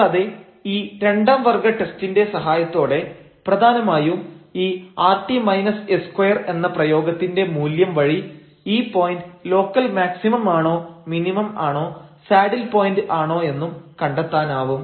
കൂടാതെ ഈ രണ്ടാം വർഗ്ഗ ടെസ്റ്റിന്റെ സഹായത്തോടെ പ്രധാനമായും ഈ rt s2 എന്ന പ്രയോഗത്തിന്റെ മൂല്യം വഴി ഈ പോയന്റ് ലോക്കൽ മാക്സിമം ആണോ മിനിമം ആണോ സാഡിൽ പോയന്റ് ആണോ എന്നും കണ്ടെത്താനാവും